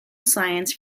science